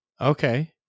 Okay